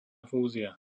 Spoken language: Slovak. fúzia